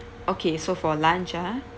okay so for lunch ah